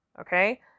Okay